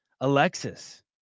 Alexis